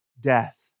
death